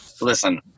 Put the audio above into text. listen